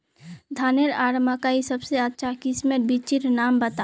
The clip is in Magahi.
धानेर आर मकई सबसे अच्छा किस्मेर बिच्चिर नाम बता?